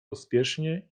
pośpiesznie